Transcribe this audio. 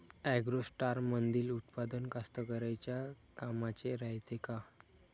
ॲग्रोस्टारमंदील उत्पादन कास्तकाराइच्या कामाचे रायते का?